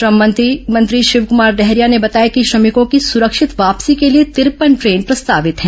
श्रम मंत्री शिवकूमार डहरिया ने बताया कि श्रमिकों की सुरक्षित वापसी के लिए तिरपन ट्रेन प्रस्तावित है